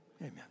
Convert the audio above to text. Amen